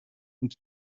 und